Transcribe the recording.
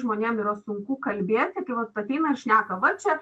žmonėm yra sunku kalbėti kai vat ateina ir šneka va čia